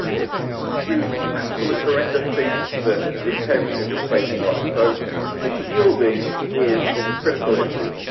it it can do absolute horrendous things to the integrity of your spacecraft. so the shielding is is a critical issue.